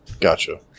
Gotcha